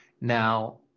Now